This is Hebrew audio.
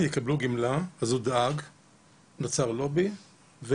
יקבלו עזרה, אז הם מקבלים גמלה.